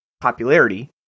popularity